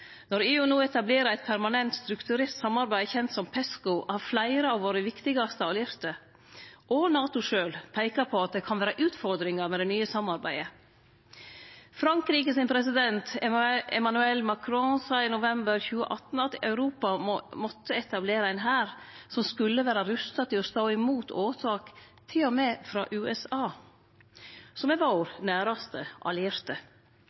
Når EU no etablerer eit permanent, strukturert samarbeid, kjent som PESCO, har fleire av våre viktigaste allierte og NATO sjølv peika på at det kan vere utfordringar med det nye samarbeidet. Frankrikes president, Emmanuel Macron, sa i november 2018 at Europa måtte etablere ein hær som skulle vere rusta til å stå imot åtak, til og med frå USA, som er vår næraste allierte.